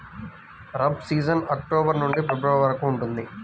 rabi season October నుండి February వరకు ఉంటుంది